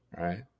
right